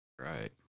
Right